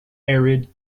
arid